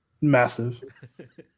massive